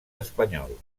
espanyol